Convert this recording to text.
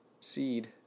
Seed